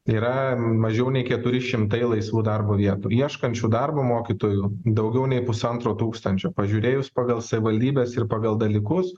yra mažiau nei keturi šimtai laisvų darbo vietų ieškančių darbo mokytojų daugiau nei pusantro tūkstančio pažiūrėjus pagal savivaldybes ir pagal dalykus